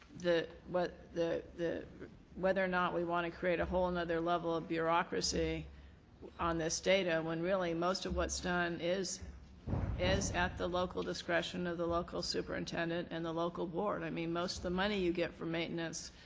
the what the the whether or not we want to create a whole and other level of bureaucracy on this data when really most of what's done is is at the local discretion of the local superintendent and the local board. i mean most of the money you get for maintenance,